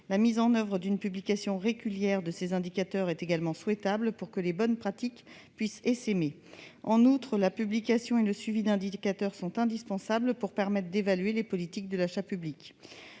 La mise en oeuvre d'une publication régulière de ces indicateurs est également souhaitable pour que les bonnes pratiques puissent essaimer. En outre, la publication et le suivi d'indicateurs sont indispensables pour permettre d'évaluer les politiques de l'achat public.